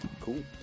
Cool